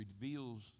reveals